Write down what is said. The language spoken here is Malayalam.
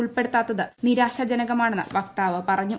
ഉൾപ്പെടുത്താത്തത് നിരാശാജനകമാണെന്ന് വക്താവ് പറഞ്ഞു